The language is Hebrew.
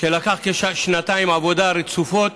שלקח כשנתיים עבודה רצופות,